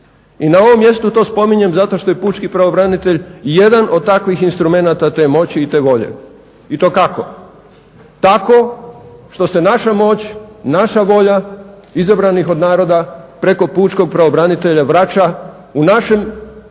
I na ovom mjestu to spominjem zato što je pučki pravobranitelj jedan od takvih instrumenata te moći i te volje. I to kako? Tako što se naša moć, naša volja izabranih od naroda preko pučkog pravobranitelja vraća u našem